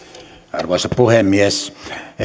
arvoisa puhemies